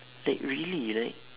like really right